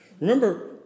Remember